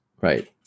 Right